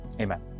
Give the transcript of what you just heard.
Amen